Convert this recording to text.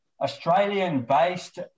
Australian-based